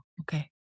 Okay